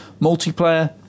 Multiplayer